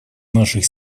наших